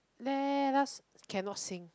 let us cannot sing